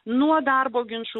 nuo darbo ginčų